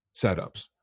setups